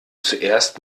zuerst